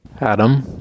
adam